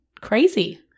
crazy